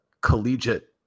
collegiate